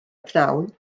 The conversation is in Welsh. prynhawn